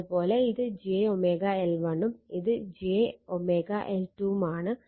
അത്പോലെ ഇത് j L1 ഉം ഇത് j L2 ഉം ആണ്